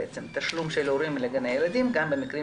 תשלום של הורים לגני הילדים גם במקרים